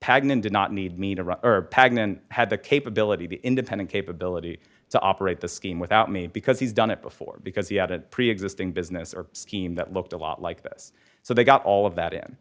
paglen did not need me to tag and had the capability the independent capability to operate the scheme without me because he's done it before because he had a preexisting business or scheme that looked a lot like this so they got all of that in